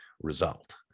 result